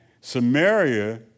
Samaria